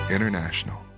International